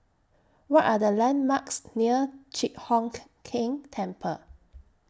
What Are The landmarks near Chi Hock Keng Temple